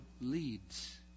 leads